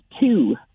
two